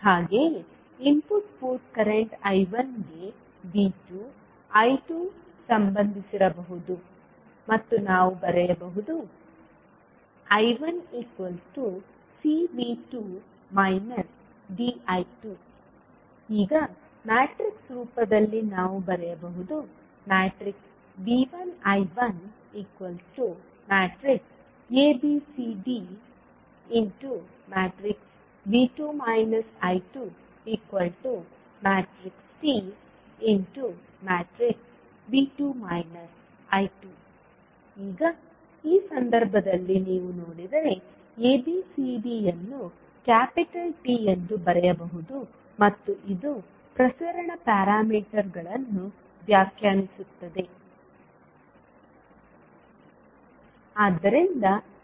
ಹಾಗೆಯೇ input port current I1 ಗೆ V2 I2ಸಂಬಂಧಿಸಿರಬಹುದು ಮತ್ತು ನಾವು ಬರೆಯಬಹುದು I1 CV2 DI2 ಈಗ ಮ್ಯಾಟ್ರಿಕ್ಸ್ ರೂಪದಲ್ಲಿ ನಾವು ಬರೆಯಬಹುದು V1 I1 A B C D V2 I2 TV2 I2 ಈಗ ಈ ಸಂದರ್ಭದಲ್ಲಿ ನೀವು ನೋಡಿದರೆ ABCDಯನ್ನು ಕ್ಯಾಪಿಟಲ್ T ಎಂದು ಬರೆಯಬಹುದು ಮತ್ತು ಇದು ಪ್ರಸರಣ ಪ್ಯಾರಾಮೀಟರ್ಗಳನ್ನು ವ್ಯಾಖ್ಯಾನಿಸುತ್ತದೆ